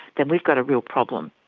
then we've got a real problem.